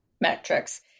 metrics